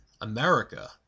America